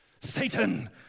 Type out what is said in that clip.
Satan